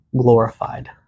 glorified